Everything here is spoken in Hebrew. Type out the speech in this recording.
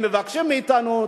הם מבקשים מאתנו,